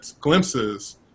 glimpses